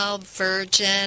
Virgin